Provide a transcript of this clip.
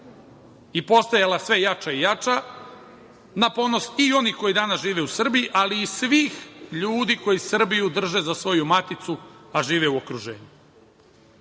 i postojala sve jača i jača na ponos i onih koji danas žive u Srbiji, ali i svih ljudi koji Srbiju drže za svoju maticu, a žive u okruženju. Ne